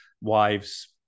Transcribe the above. wives